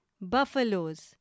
buffaloes